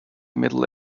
middle